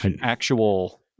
actual